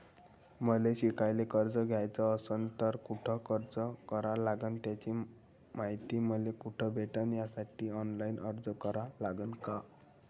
मले शिकायले कर्ज घ्याच असन तर कुठ अर्ज करा लागन त्याची मायती मले कुठी भेटन त्यासाठी ऑनलाईन अर्ज करा लागन का?